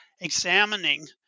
examining